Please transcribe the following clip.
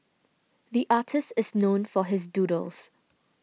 the artist is known for his doodles